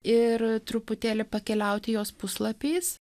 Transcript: ir truputėlį pakeliauti jos puslapiais